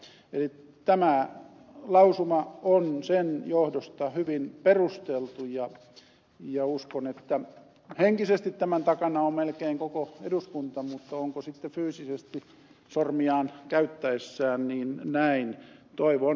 eli tämä lausuma on sen johdosta hyvin perusteltu ja uskon että henkisesti tämän takana on melkein koko eduskunta mutta onko sitten fyysisesti sormiaan käyttäessään näin toivon